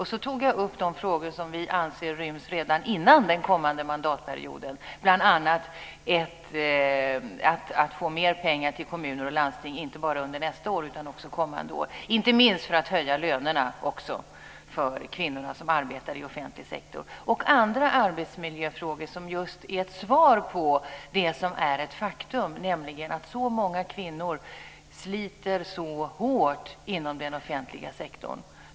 Jag tog upp de frågor som vi anser ryms redan innan den kommande mandatperioden, bl.a. att få mer pengar till kommuner och landsting inte bara under nästa år utan också kommande år - inte minst för att också höja lönerna för de kvinnor som arbetar i offentlig sektor. Det gäller också andra arbetsmiljöfrågor som svar på just det som är ett faktum, nämligen att så många kvinnor sliter så hårt inom den offentliga sektorn.